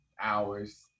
hours